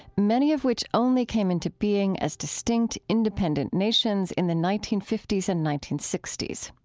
many of which only came into being as distinct independent nations in the nineteen fifty s and nineteen sixty s.